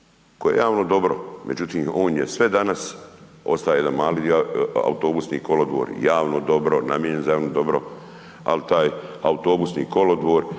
koji je javno dobro, međutim on je sve danas, ostao je jedan mali dio, autobusni kolodvor, javno dobro namijenjen za javno dobro ali taj autobusni kolodvor,